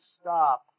stop